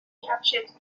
کفشت